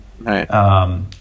Right